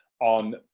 on